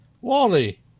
Wally